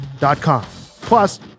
Plus